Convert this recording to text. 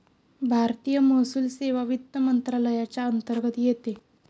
भारतीय महसूल सेवा वित्त मंत्रालयाच्या अंतर्गत येते